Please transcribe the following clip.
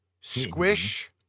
Squish